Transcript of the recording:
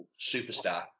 superstar